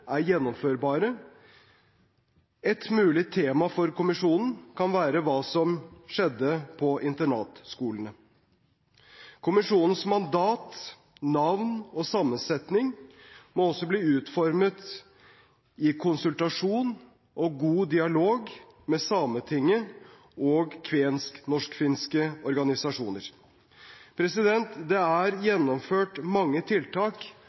er gjennomførbare. Et mulig tema for kommisjonen kan være hva som skjedde på internatskolene. Kommisjonens mandat, navn og sammensetning må også utformes i konsultasjon og god dialog med Sametinget og kvenske/norsk-finske organisasjoner. Det er gjennomført mange tiltak